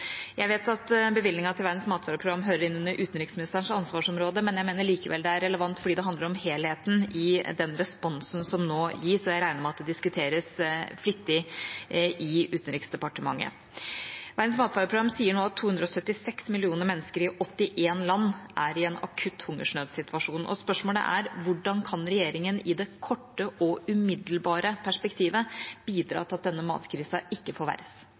Jeg vet at bevilgningen til Verdens matvareprogram hører inn under utenriksministerens ansvarsområde, men jeg mener likevel det er relevant fordi det handler om helheten i den responsen som nå gis, og jeg regner med at det diskuteres flittig i Utenriksdepartementet. Verdens matvareprogram sier nå at 276 millioner mennesker i 81 land er i en akutt hungersnødsituasjon. Spørsmålet er: Hvordan kan regjeringen i det korte og umiddelbare perspektivet bidra til at denne matkrisen ikke forverres?